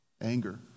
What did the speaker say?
Anger